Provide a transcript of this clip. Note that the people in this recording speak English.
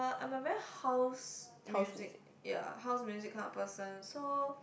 I'm a very house music ya house music kind of person so